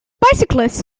bicyclists